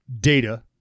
data